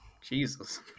Jesus